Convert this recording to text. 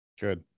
Good